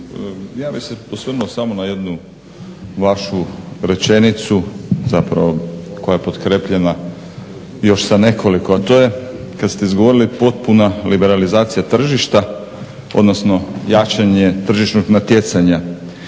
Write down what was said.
Ja bih se osvrnuo samo na jednu vašu rečenicu zapravo koja je potkrijepljena još sa nekoliko a to je kad ste izgovorili potpuna liberalizacija tržišta odnosno jačanje tržišnog natjecanja.